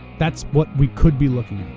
that's what we could be looking at.